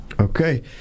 Okay